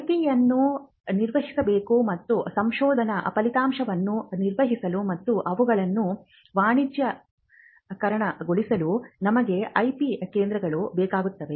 ಐಪಿಯನ್ನು ನಿರ್ವಹಿಸಬೇಕು ಮತ್ತು ಸಂಶೋಧನಾ ಫಲಿತಾಂಶವನ್ನು ನಿರ್ವಹಿಸಲು ಮತ್ತು ಅವುಗಳನ್ನು ವಾಣಿಜ್ಯೀಕರಣಗೊಳಿಸಲು ನಮಗೆ ಐಪಿ ಕೇಂದ್ರಗಳು ಬೇಕಾಗುತ್ತವೆ